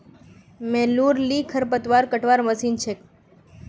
मोलूर ली खरपतवार कटवार मशीन छेक